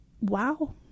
wow